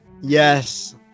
Yes